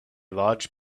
large